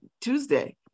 Tuesday